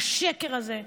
השקר הזה.